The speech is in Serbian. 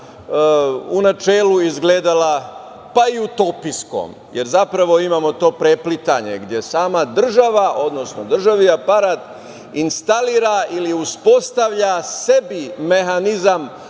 u načelu izgledala pa i utopijskom, jer zapravo imamo to preplitanje jer sama država, odnosno državni aparat instalira ili uspostavlja sebi mehanizam